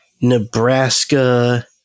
Nebraska